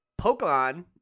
Pokemon